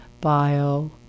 bio